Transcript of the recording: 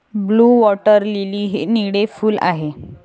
blue water lily हे निळे फूल आहे